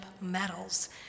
medals